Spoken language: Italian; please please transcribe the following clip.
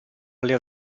alle